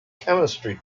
chemistry